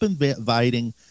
inviting